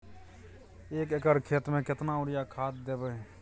एक एकर खेत मे केतना यूरिया खाद दैबे?